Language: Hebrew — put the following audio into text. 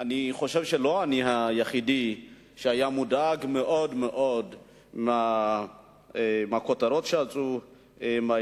אני חושב שלא אני היחיד שהיה מודאג מאוד מהכותרות בעיתונים,